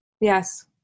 Yes